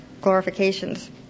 glorifications